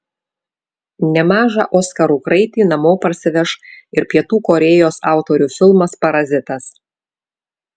nemažą oskarų kraitį namo parsiveš ir pietų korėjos autorių filmas parazitas